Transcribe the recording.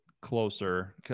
closer